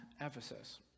Ephesus